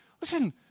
Listen